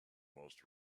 most